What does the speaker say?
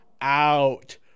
out